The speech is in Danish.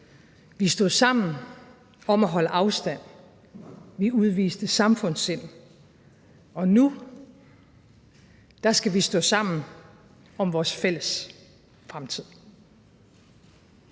Vi stod sammen om at holde afstand. Vi udviste samfundssind. Og nu skal vi stå sammen om vores fælles fremtid.